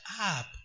up